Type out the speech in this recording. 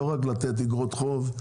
לא רק לתת איגרות חוב,